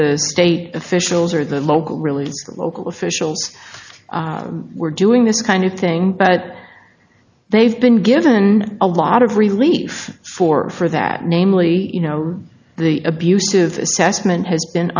the state officials or the local really local officials were doing this kind of thing but they've been given a lot of relief for for that namely you know the abusive assessment has been